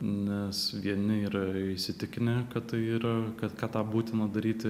nes vieni yra įsitikinę kad tai yra kad tą būtina daryti